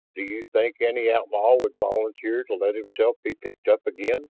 do you think any outlaw would volunteer to let himself be picked up again?